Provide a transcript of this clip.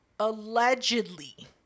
allegedly